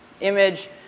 image